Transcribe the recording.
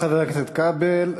תודה, חבר הכנסת כבל.